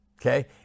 okay